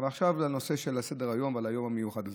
עכשיו לנושא שעל סדר-היום ביום המיוחד הזה.